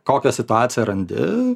kokia situacija randi